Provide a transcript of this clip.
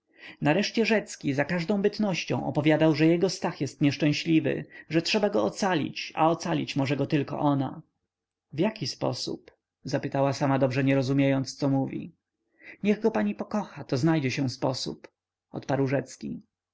nareszcie rzecki za każdą bytnością opowiadał że jego stach jest nieszczęśliwy że trzeba go ocalić a ocalić go może tylko ona w jaki sposób zapytała sama nie dobrze rozumiejąc co mówi niech go pani pokocha to znajdzie się sposób odparł rzecki nie